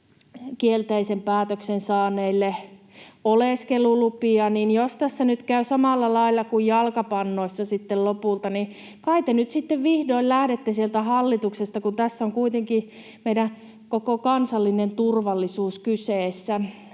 kielteisen päätöksen saaneille oleskelulupia — jos tässä nyt käy samalla lailla kuin jalkapannoissa lopulta, kai te nyt sitten vihdoin lähdette sieltä hallituksesta, kun tässä on kuitenkin meidän koko kansallinen turvallisuus kyseessä.